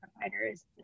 providers